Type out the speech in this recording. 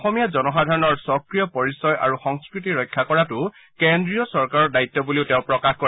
অসমীয়া জনসাধাৰণৰ স্বকীয় পৰিচয় আৰু সংস্কৃতি ৰক্ষা কৰাটো কেন্দ্ৰীয় চৰকাৰৰ দায়িত্ব বুলিও তেওঁ প্ৰকাশ কৰে